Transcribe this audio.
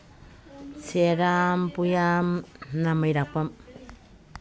ꯁꯦꯔꯥꯝ ꯄꯨꯌꯥꯝ ꯅꯥꯃꯩꯔꯥꯛꯄꯝ